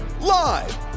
live